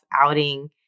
outing